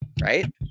right